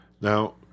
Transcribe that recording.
Now